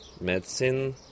medicine